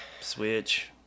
Switch